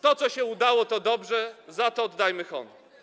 To co się udało, to dobrze, za to oddajmy honor.